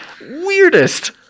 weirdest